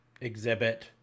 exhibit